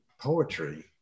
poetry